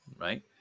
right